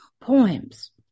poems